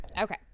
Okay